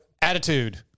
attitude